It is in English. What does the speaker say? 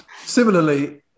Similarly